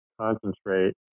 concentrate